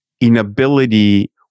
inability